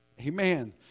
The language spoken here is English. Amen